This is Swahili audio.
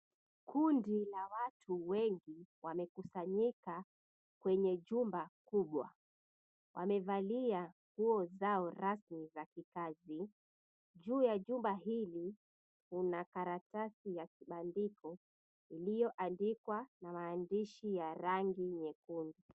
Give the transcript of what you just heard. Kundi la watu wengi wamekusanyika kwenye jumba kubwa. Wamevalia nguo zao rasmi za kikazi. Juu ya jumba hili kuna karatasi ya kibandiko ilioandikwa na maandishi ya rangi nyekundu.